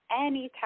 Anytime